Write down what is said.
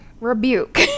rebuke